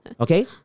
Okay